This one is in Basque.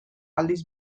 aldiz